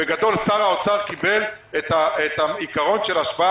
בגדול שר האוצר קיבל את העיקרון של השוואה